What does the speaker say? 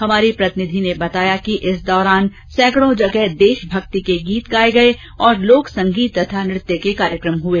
हमारे प्रतिनिधि ने बताया कि इंस दौरान सैंकड़ों जगह देशभक्ति के गीत गाये गए और लोक संगीत तथा नृत्य के कार्यकम हुए